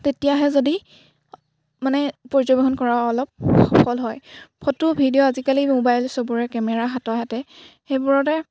তেতিয়াহে যদি মানে পৰ্যবেক্ষণ কৰা অলপ সফল হয় ফটো ভিডিঅ' আজিকালি মোবাইল সবৰে কেমেৰা হাতে হাতে সেইবোৰতে